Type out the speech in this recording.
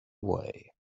way